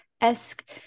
esque